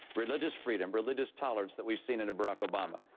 religious freedom, religious tolerance that we've seen under barack obama.